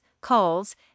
calls